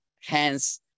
hence